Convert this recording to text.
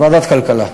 ועדת הכלכלה.